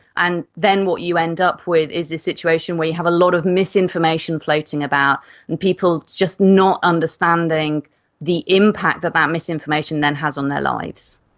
and then what you end up with is the situation where you have a lot of misinformation floating about and people just not understanding the impact that that misinformation then has on their lives.